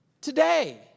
Today